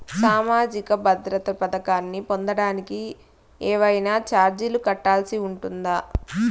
సామాజిక భద్రత పథకాన్ని పొందడానికి ఏవైనా చార్జీలు కట్టాల్సి ఉంటుందా?